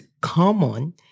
common